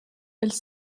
elles